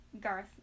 Garth